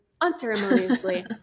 unceremoniously